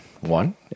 one